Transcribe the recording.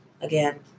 Again